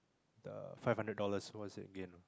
the five hundred dollars what you say again